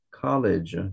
college